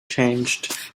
changed